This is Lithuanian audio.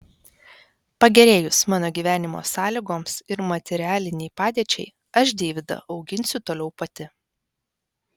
pagerėjus mano gyvenimo sąlygoms ir materialinei padėčiai aš deivydą auginsiu toliau pati